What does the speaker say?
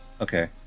Okay